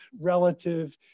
relative